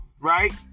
right